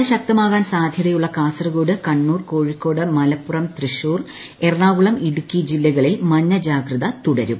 മഴ ശക്തമാകാൻ സാധൃതയുള്ള കാസറഗോഡ് കണ്ണൂർ കോഴിക്കോട് മലപ്പുറം തൃശൂർ എറണാകുളം ഇടുക്കി ജില്ലകളിൽ മഞ്ഞ ജാഗ്രത തുടരും